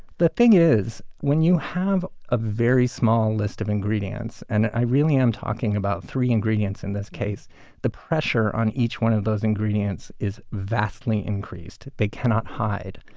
the thing is, when you have a very small list of ingredients and i am talking about three ingredients in this case the pressure on each one of those ingredients is vastly increased they cannot hide.